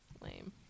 Lame